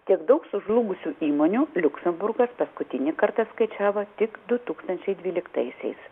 tiek daug sužlugusių įmonių liuksemburgas paskutinį kartą skaičiavo tik du tūkstančiai dvyliktaisiais